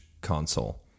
console